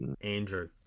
Andrew